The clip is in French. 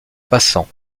passant